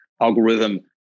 algorithm